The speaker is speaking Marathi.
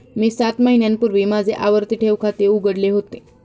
मी सात महिन्यांपूर्वी माझे आवर्ती ठेव खाते उघडले होते